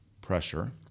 pressure